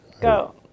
Go